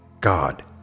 God